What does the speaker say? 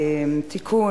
(בזק ושידורים) (תיקון,